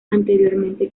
anteriormente